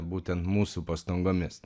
būtent mūsų pastangomis